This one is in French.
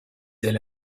elle